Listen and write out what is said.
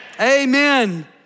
amen